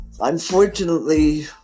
unfortunately